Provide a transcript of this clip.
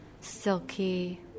silky